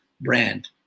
brand